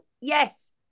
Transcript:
yes